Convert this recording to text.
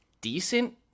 decent